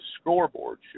scoreboard